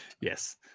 yes